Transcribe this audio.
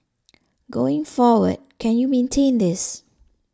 going forward can you maintain this